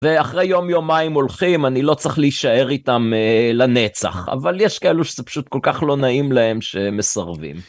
ואחרי יום יומיים הולכים, אני לא צריך להישאר איתם לנצח. אבל יש כאלה שזה פשוט כל כך לא נעים להם שמסרבים.